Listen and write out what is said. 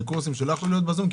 אלה קורסים שלא יכלו להיות בזום?